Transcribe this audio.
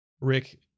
Rick